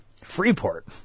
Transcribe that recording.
Freeport